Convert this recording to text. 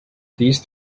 these